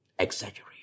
exaggeration